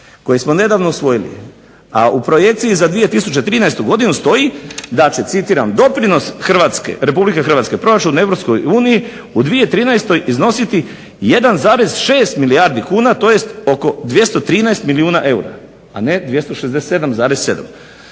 koji smo nedavno usvojili, a u projekciji za 2013. godinu stoji da će citiram: "doprinos RH proračunu EU u 2013. iznositi 1,6 milijardi kuna tj. oko 213 milijuna eura", a ne 267,7.